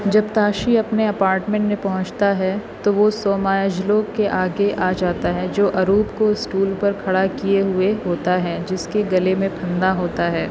جب تاشی اپنے اپارٹمنٹ میں پہنچتا ہے تو وہ سومایاجلو کے آگے آ جاتا ہے جو اروپ کو اسٹول پر کھڑا کیے ہوئے ہوتا ہے جس کے گلے میں پھندا ہوتا ہے